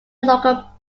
local